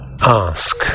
Ask